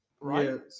Right